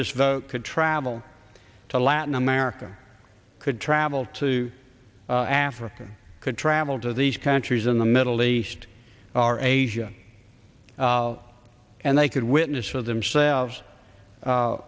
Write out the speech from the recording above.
this vote could travel to latin america could travel to africa could travel to these countries in the middle east are asian and they could witness for themselves